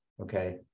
Okay